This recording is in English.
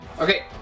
Okay